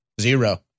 Zero